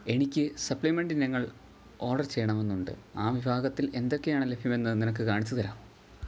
എനിക്ക് സപ്ലിമെൻറ്റിനങ്ങൾ ഓഡർ ചെയ്യണമെന്നുണ്ട് ആ വിഭാഗത്തിൽ എന്തൊക്കെയാണ് ലഭ്യമെന്ന് നിനക്ക് കാണിച്ച് തരാമോ